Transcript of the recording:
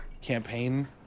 campaign